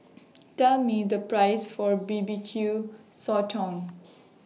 Tell Me The Price For B B Q Sotong